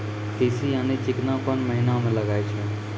तीसी यानि चिकना कोन महिना म लगाय छै?